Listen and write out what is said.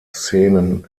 szenen